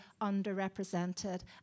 underrepresented